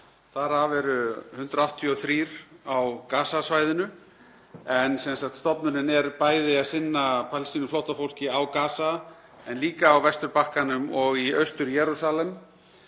þar af eru 183 á Gaza-svæðinu, en stofnunin er bæði að sinna Palestínuflóttafólki á Gaza en líka á Vesturbakkanum og í Austur-Jerúsalem